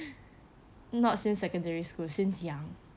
not since secondary school since young